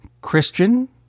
Christian